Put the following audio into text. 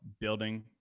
building